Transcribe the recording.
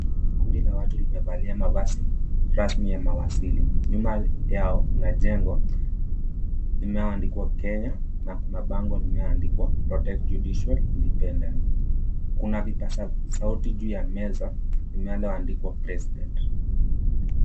Kundi la watu limevalia mavazi rasmi ya mawasili. Nyuma yao kuna jengo inayoandikwa Kenya na kuna bango imeandikwa "Protect Judiciary Independence". Kuna vipaza sauti juu ya meza linaloandikwa president .